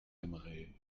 aimerez